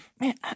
man